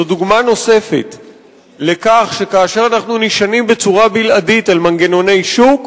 זו דוגמה נוספת לכך שכאשר אנחנו נשענים בצורה בלעדית על מנגנוני שוק,